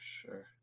Sure